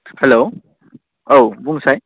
hello औ बुंसाय